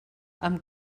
amb